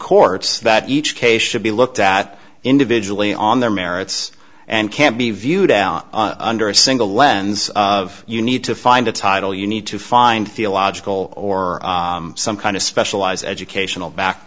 courts that each case should be looked at individually on their merits and can't be viewed out under a single lens of you need to find a title you need to find theological or some kind of specialized educational back